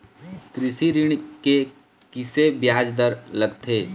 कृषि ऋण के किसे ब्याज दर लगथे?